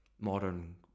modern